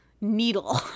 needle